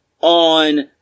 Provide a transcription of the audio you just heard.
on